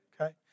okay